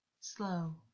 SLOW